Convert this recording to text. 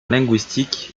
linguistique